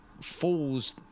falls